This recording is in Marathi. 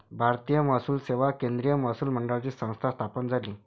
भारतीय महसूल सेवा केंद्रीय महसूल मंडळाची संस्था स्थापन झाली